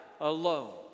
alone